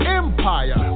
empire